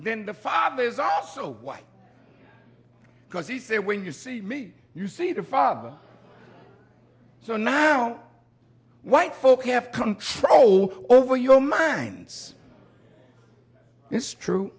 then the father is also why because he said when you see me you see the father so now white folk have control over your minds it's true